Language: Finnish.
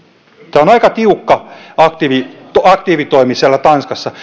tämä on aika tiukka aktiivitoimi aktiivitoimi siellä tanskassa